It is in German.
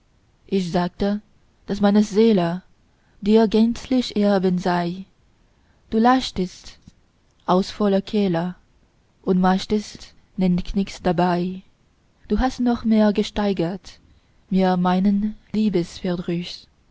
ich sagte daß meine seele dir gänzlich ergeben sei du lachtest aus voller kehle und machtest nen knicks dabei du hast noch mehr gesteigert mir meinen